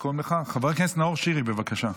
חבר הכנסת נאור שירי, בבקשה.